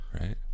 Right